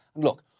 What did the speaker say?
look,